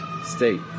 state